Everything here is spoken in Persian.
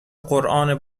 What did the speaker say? قرآن